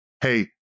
Hey